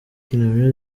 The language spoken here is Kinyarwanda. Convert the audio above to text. kina